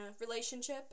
relationship